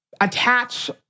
attach